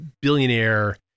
billionaire